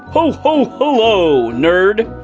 ho, ho, hello, nerd,